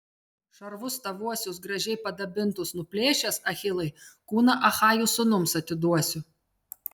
šarvus tavuosius gražiai padabintus nuplėšęs achilai kūną achajų sūnums atiduosiu